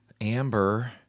Amber